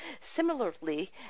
similarly